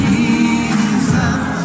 Jesus